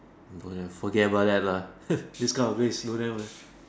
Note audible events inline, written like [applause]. !aiya! forget about that lah [noise] this kind of place don't have lah